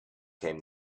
came